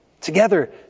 Together